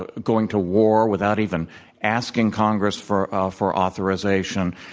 ah going to war without even asking congress for ah for authorization.